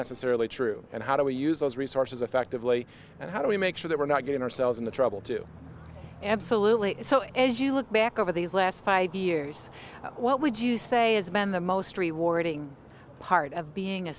really true and how do we use those resources effectively and how do we make sure that we're not getting ourselves into trouble too absolutely so as you look back over these last five years what would you say has been the most rewarding part of being a